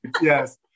yes